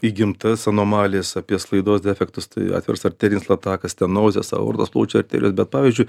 įgimtas anomalijas apie sklaidos defektus tai atviras arterinis latakas stenozės aortos plaučių arterijos bet pavyzdžiui